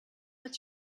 hat